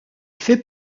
fait